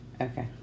Okay